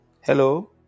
Hello